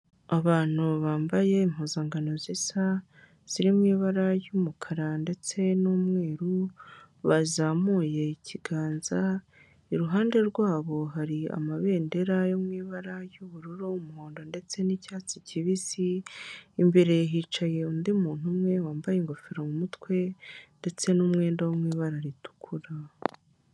Abantu bambaye impuzankano zisa, ziri mu ibara ry'umukara ndetse n'umweru, bazamuye ikiganza, iruhande rwabo hari amabendera yo mu ibara ry'ubururu, umuhondo ndetse n'icyatsi kibisi, imbere hicaye undi muntu umwe, wambaye ingofero mutwe ndetse n'umwenda mu ibara ritukura.